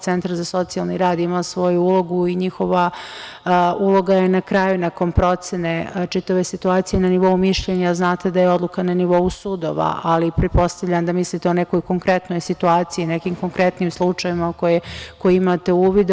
Centar za socijalni rad ima svoju ulogu i njihova uloga je na kraju, nakon procene čitave situacije, na nivou mišljenja, znate da je odluka na nivou sudova, ali pretpostavljam da mislite o nekoj konkretnoj situaciji, nekim konkretnim slučajevima u koji imate uvida.